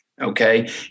Okay